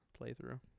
playthrough